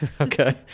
okay